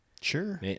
Sure